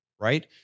right